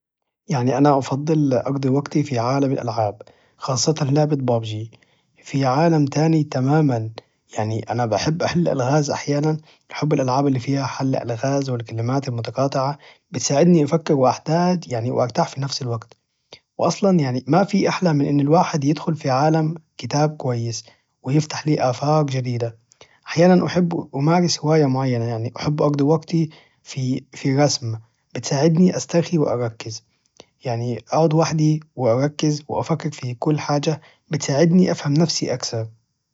يعني أنا أفضل أقضي وقتي في عالم الألعاب خاصة لعبة بابجي في عالم تاني تماما يعني أنا بحب احل ألغاز أحيانا أحب الألعاب اللي فيها حل ألغاز والكلمات المتقاطعة بتساعدني أفكر واحتاح يعني وارتاح في نفس الوقت واصلا يعني ما في أحلى من أن الواحد يدخل في عالم كتاب كويس ويفتح لي آفاق جديدة أحيانا أحب أمارس هواية معينة يعني أحب أقضي وقتي في الرسم بتساعدني استرخي واركز يعني اقعد وحدي واركز وافكر في كل حاجة بتساعدني أفهم نفسي أكثر